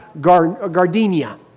gardenia